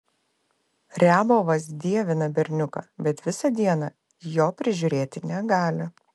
riabovas dievina berniuką bet visą dieną jo prižiūrėti negali